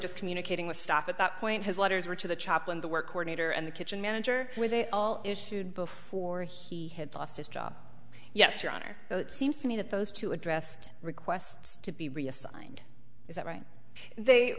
just communicating with stop at that point his letters were to the chaplain the work order and the kitchen manager with it all issued before he had lost his job yes your honor seems to me that those two addressed requests to be reassigned is that right they